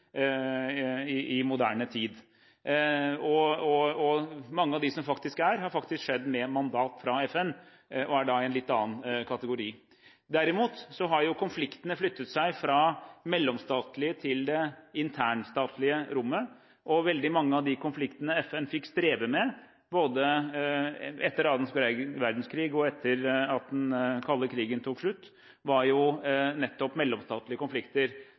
i moderne tid. Mange av de kriger som er, har faktisk skjedd med mandat fra FN, og er da i en litt annen kategori. Derimot har konfliktene flyttet seg fra det mellomstatlige til det internstatlige rommet, og veldig mange av de konfliktene FN fikk streve med, både etter annen verdenskrig og etter at den kalde krigen tok slutt, var nettopp mellomstatlige konflikter.